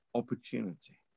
opportunity